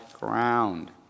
ground